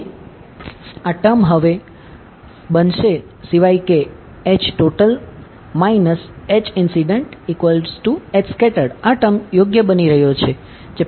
તેથી આ ટર્મ હવે આ ટર્મ બનશે સિવાય કે આ ટર્મ યોગ્ય બની રહ્યો છે જે પહેલાથી જ છે